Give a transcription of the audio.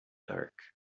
dark